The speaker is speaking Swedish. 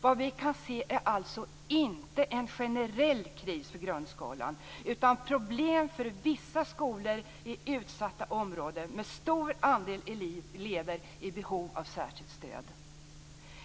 Vad vi kan se är alltså inte en generell kris för grundskolan utan problem för vissa skolor i utsatta områden med en stor andel elever i behov av särskilt stöd.